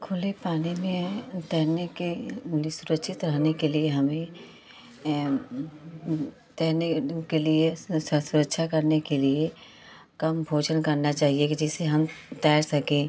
खुले पानी में तैरने के सुरक्षित रहने के लिए हमें तैरने के लिए सुरक्षा करने के लिए कम भोजन करना चाहिए कि जिससे हम तैर सकें